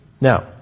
Now